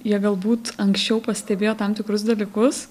jie galbūt anksčiau pastebėjo tam tikrus dalykus